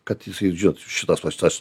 kad jisai žinot šitas tas tas